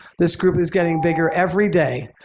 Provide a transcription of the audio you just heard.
this group is getting bigger every day.